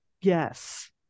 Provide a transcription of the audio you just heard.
yes